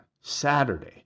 Saturday